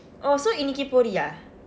oh so இன்றைக்கு போறியா:indraikku poriyaa